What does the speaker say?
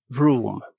room